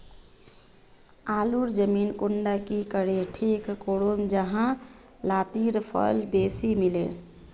आलूर जमीन कुंडा की करे ठीक करूम जाहा लात्तिर फल बेसी मिले?